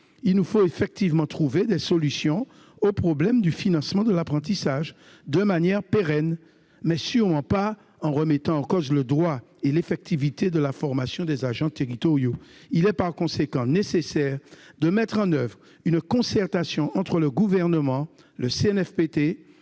Il nous faut effectivement trouver des solutions pérennes au problème du financement de l'apprentissage, mais sûrement pas en remettant en cause le droit à la formation des agents territoriaux. Il est par conséquent nécessaire de mettre en oeuvre une concertation sur ce sujet entre le Gouvernement, le CNFPT,